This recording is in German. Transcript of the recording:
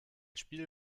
spiel